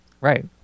Right